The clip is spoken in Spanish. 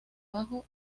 bajo